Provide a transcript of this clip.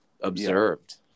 observed